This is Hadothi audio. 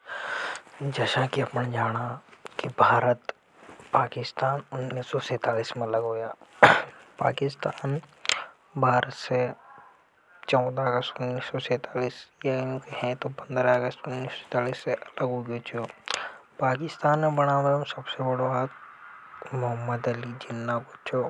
पाकिस्तान भारत से चौदह अगस्त उन्नीस सौ सैंतालिस पाकिस्तान है बनाना में सबसे बड़ों हाथ मोहम्मद जिन्ना को थो।